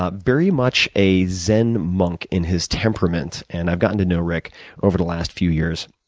ah very much a zen monk in his temperament, and i've gotten to know rick over the last few years,